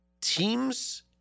teams